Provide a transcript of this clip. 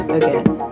again